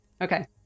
Okay